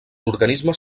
organismes